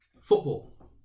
Football